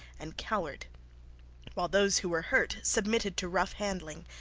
and cowered while those who were hurt submitted to rough handling,